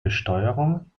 besteuerung